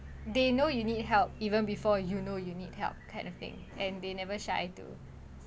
they know you need help even before you know you need help kind of thing and they never shy to